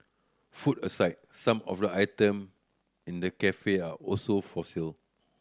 food aside some of the item in the cafe are also for sale